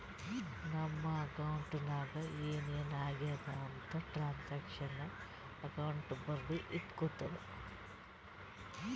ನಮ್ ಅಕೌಂಟ್ ನಾಗ್ ಏನ್ ಏನ್ ಆಗ್ಯಾದ ಅಂತ್ ಟ್ರಾನ್ಸ್ಅಕ್ಷನಲ್ ಅಕೌಂಟ್ ಬರ್ದಿ ಇಟ್ಗೋತುದ